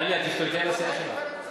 דליה, תשתלטי על הסיעה שלך.